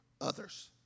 others